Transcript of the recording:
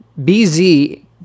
BZ